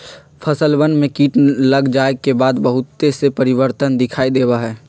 फसलवन में कीट लग जाये के बाद बहुत से परिवर्तन दिखाई देवा हई